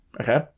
Okay